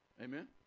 Amen